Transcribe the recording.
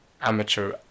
amateur